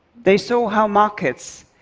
they saw how markets,